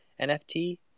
nft